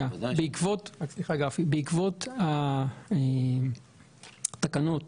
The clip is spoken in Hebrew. בעקבות התקנות